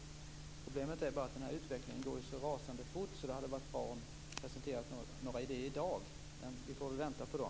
Problemet är bara att utvecklingen går så rasande fort att det hade varit bra att presentera några idéer i dag. Men vi får väl vänta på dem.